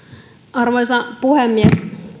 arvoisa puhemies